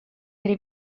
tre